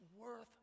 worth